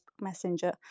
messenger